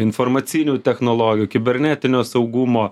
informacinių technologijų kibernetinio saugumo